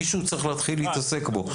מישהו צריך להתחיל להתעסק בזה.